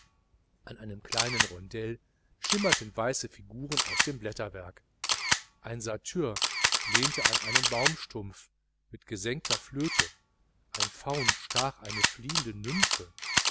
an einem kleinen rondell schimmerten weiße figuren aus dem blätterwerk ein satyr lehnte an einem baumstumpf mit gesenkter flöte ein faun stach eine fliehende